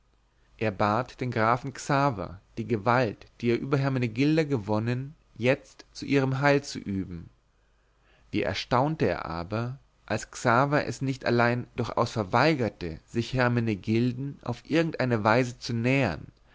er bat den grafen xaver die gewalt die er über hermenegilda gewonnen jetzt zu ihrem heil zu üben wie erstaunte er aber als xaver es nicht allein durchaus verweigerte sich hermenegilden auf irgend eine weise zu nähern